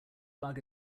bug